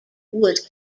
was